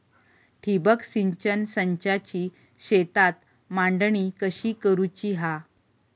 ठिबक सिंचन संचाची शेतात मांडणी कशी करुची हा?